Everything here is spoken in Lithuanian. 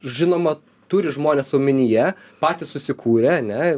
žinoma turi žmonės omenyje patys susikūrę ne